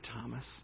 Thomas